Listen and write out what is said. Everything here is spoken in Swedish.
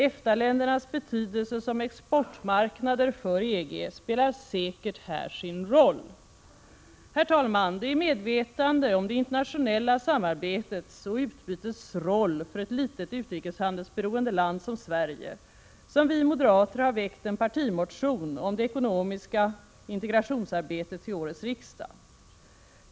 EFTA-ländernas betydelse som exportmarknader för EG spelar säkert här sin roll. Herr talman! Det är i medvetande om det internationella samarbetets och utbytets roll för ett litet utrikeshandelsberoende land som Sverige, som vi moderater har väckt en partimotion om det ekonomiska integrationsarbetet till årets riksdag.